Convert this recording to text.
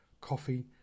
coffee